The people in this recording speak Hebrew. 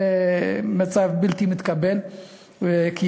זה מצב בלתי מתקבל על הדעת,